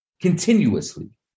Continuously